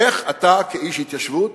איך אתה כאיש התיישבות